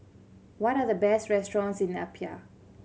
what are the best restaurants in Apia